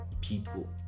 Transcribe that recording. people